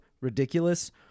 ridiculous